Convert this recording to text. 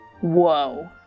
Whoa